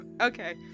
okay